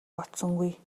бодсонгүй